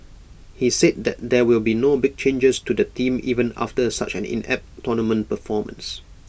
he said that there will be no big changes to the team even after such an inept tournament performance